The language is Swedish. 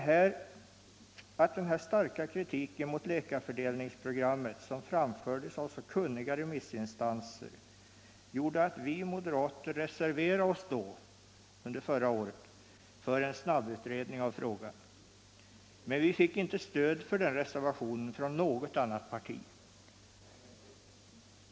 Att den här skarpa kritiken mot läkarfördelningsprogrammet framfördes av så kunniga remissinstanser gjorde att vi moderater förra året reserverade oss för en snabbutredning av frågan, men vi fick inte stöd för den reservationen från något annat parti.